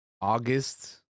august